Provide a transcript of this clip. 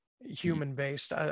human-based